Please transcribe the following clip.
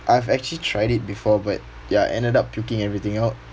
I've actually tried it before but ya ended up puking everything out